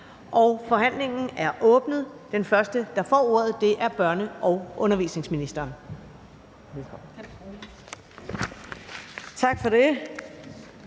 Forhandlingen er åbnet. Den første, der får ordet, er børne- og undervisningsministeren.